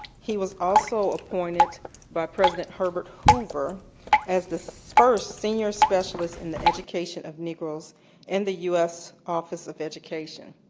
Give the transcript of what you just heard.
he was also appointed by president herbert hoover as the so first senior specialist and in education of negroes in the u s. office of education.